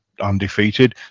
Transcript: undefeated